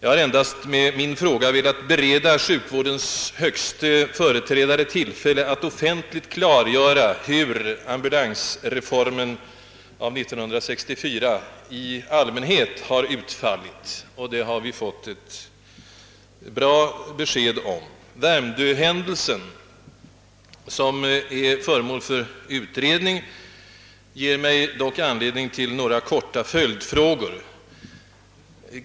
Jag har med min fråga endast velat bereda sjukvårdens högste företrädare i landet tillfälle att offentligt klargöra, hur ambulansreformen av år 1964 i allmänhet har utfallit, och det har vi fått besked om. Värmdöhändelsen, som är föremål för utredning, ger mig dock anledning att ställa några korta, mera allmängiltiga följdfrågor.